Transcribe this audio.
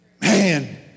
Man